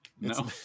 No